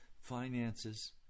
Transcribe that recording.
finances